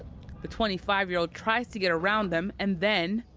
the twenty five year old tries to get around them. and then